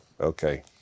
Okay